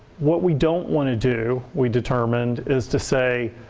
what we don't want to do, we determined, is to say,